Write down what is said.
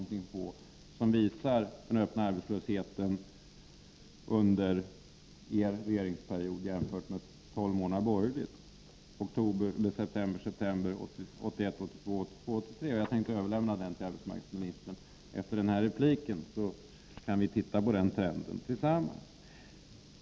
Den utredningen visar den öppna arbetslösheten under er regeringsperiod jämfört med under en tolvmånaders borgerlig regeringsperiod: oktoberseptember 1981-1982 och samma period 1982-83. Jag tänker överlämna den till arbetsmarknadsministern efter den här repliken, så kan vi se på trenden tillsammans.